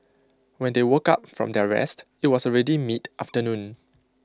when they woke up from their rest IT was already mid afternoon